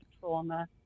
trauma